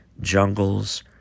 jungles